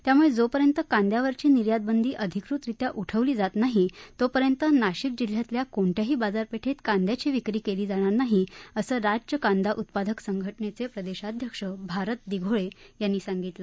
त्यामुळे जोपर्यंत कांद्यावरची निर्यातबंदी अधिकृतरित्या उठवली जात नाही तोपर्यंत नाशिक जिल्ह्यातल्या कोणत्याही बाजारपेठेत कांद्याची विक्री केली जाणार नाही असं राज्य कांदा उत्पादक संघटनेचे प्रदेशाध्यक्ष भारत दिघोळे यांनी सांगितलं